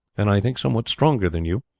and i think somewhat stronger than you,